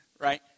Right